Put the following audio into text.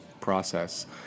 process